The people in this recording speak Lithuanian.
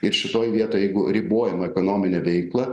ir šitoj vietoj jeigu ribojam ekonominę veiklą